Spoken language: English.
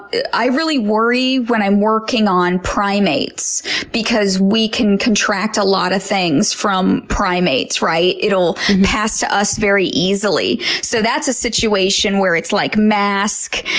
i really worry when i'm working on primates because we can contract a lot of things from primates. it'll pass to us very easily. so that's a situation where it's like, mask,